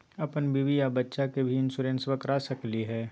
अपन बीबी आ बच्चा के भी इंसोरेंसबा करा सकली हय?